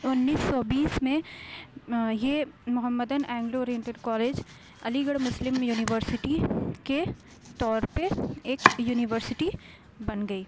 اُنیس سو بیس میں یہ Mohammedan Anglo Oriental College Aligarh Muslim University کے طور پہ ایک یونیورسٹی بن گئی